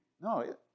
No